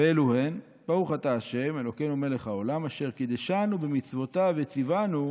ואלו הן: ברוך אתה ה' אלהינו מלך העולם אשר קדשנו במצוותיו וציוונו